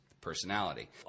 personality